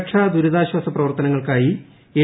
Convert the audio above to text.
രക്ഷാ ദുരിതാശ്വാസ പ്രവർത്തനങ്ങൾക്കായി എൻ